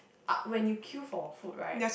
uh when you queue for food right